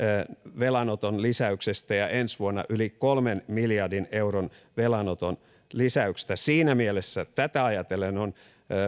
velanoton lisäyksestä ja ensi vuonna yli kolmen miljardin euron velanoton lisäyksestä siinä mielessä tätä ajatellen on syntymässä